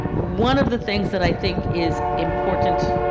one of the things that i think is important